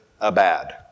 abad